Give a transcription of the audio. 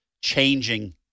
changing